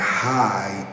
high